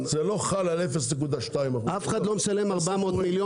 זה לא חל על 0.2%. אף אחד לא משלם 400 מיליון,